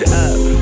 up